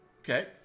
Okay